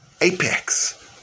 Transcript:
apex